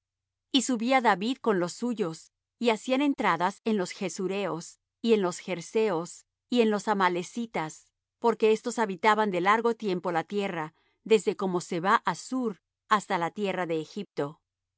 y subía david con los suyos y hacían entradas en los gesureos y en los gerzeos y en los amalecitas porque estos habitaban de largo tiempo la tierra desde como se va á shur hasta la tierra de egipto